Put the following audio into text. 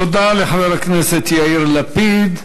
תודה לחבר הכנסת יאיר לפיד.